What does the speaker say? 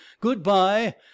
Goodbye